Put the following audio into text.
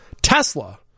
Tesla